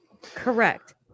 Correct